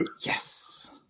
Yes